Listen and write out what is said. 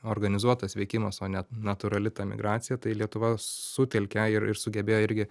organizuotas veikimas o ne natūrali ta migracija tai lietuva sutelkė ir sugebėjo irgi